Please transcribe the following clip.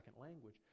language